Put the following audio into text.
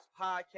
podcast